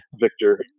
Victor